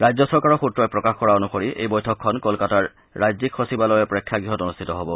ৰাজ্য চৰকাৰৰ সূত্ৰই প্ৰকাশ কৰা অনুসৰি এই বৈঠকখন কলকাতাৰ ৰাজ্যিক সচিবালয়ৰ প্ৰেক্ষাগৃহত অনূষ্ঠিত হব